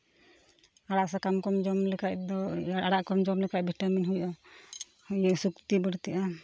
ᱟᱲᱟᱜ ᱥᱟᱠᱟᱢ ᱠᱚᱢ ᱡᱚᱢ ᱞᱮᱠᱷᱟᱡ ᱫᱚ ᱟᱲᱟᱜ ᱠᱚᱢ ᱡᱚᱢ ᱞᱮᱠᱷᱟᱡ ᱵᱷᱤᱴᱟᱹᱢᱤᱱ ᱦᱩᱭᱩᱜᱼᱟ ᱤᱭᱟᱹ ᱥᱚᱠᱛᱤ ᱵᱟᱹᱲᱛᱤᱜᱼᱟ